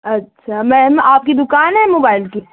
अच्छा मैम आपकी दुकान है मोबाइल की